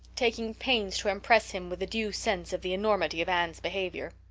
taking pains to impress him with a due sense of the enormity of anne's behavior.